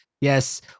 Yes